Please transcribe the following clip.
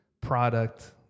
product